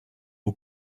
aux